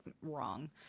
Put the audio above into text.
wrong